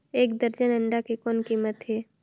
एक दर्जन अंडा के कौन कीमत हे?